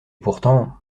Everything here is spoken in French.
pourtant